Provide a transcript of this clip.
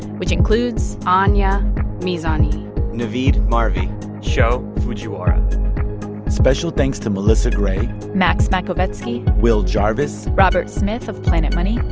which includes. anya mizani navid marvi sho fujiwara special thanks to melissa gray. max makovetsky. will jarvis. robert smith of planet money.